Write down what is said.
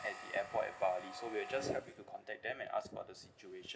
at the airport at bali so we will just help you to contact them and ask about the situation